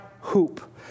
hoop